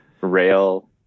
rail